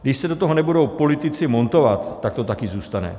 Když se do toho nebudou politici montovat, tak to tak i zůstane.